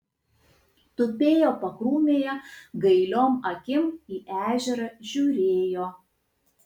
tupėjo pakrūmėje gailiom akim į ežerą žiūrėjo